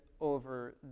over